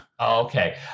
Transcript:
Okay